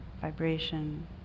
vibration